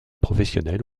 professionnelle